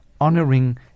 honoring